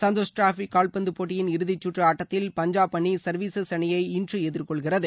Santhosh trophy கால்பந்து போட்டியின் இறுதிச்சுற்று ஆட்டத்தில் பஞ்சாப் அணி சர்வீசஸ் அணியை இன்று எதிர்கொள்கிறது